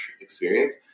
experience